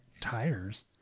tires